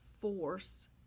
force